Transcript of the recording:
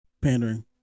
Pandering